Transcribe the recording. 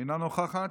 אינה נוכחת,